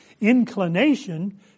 inclination